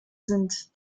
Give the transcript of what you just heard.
sind